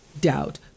Doubt